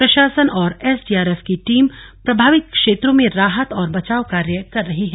प्रशासन और एसडीआरएफ की टीम प्रभावित क्षेत्रो में राहत और बचाव कार्य कर रही है